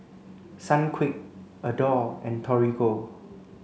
Sunquick Adore and Torigo